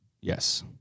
Yes